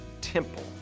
temple